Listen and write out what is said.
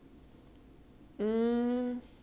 I think 我什么都可以穿的 lah I think